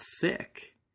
thick